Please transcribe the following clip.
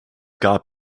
gab